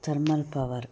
thermal power